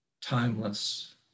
timeless